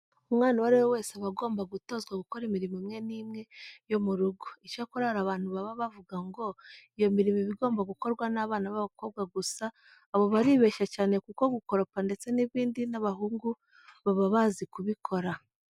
Umwana uwo ari we wese aba agomba gutozwa gukora imirimo imwe n'imwe yo mu rugo. Icyakora hari abantu baba bavuga ngo iyo mirimo iba igomba gukorwa n'abana b'abakobwa gusa abo baribeshya cyane kuko gukoropa ndetse n'ibindi n'abahungu baba bazi kubikora.